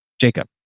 Jacob